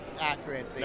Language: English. accurate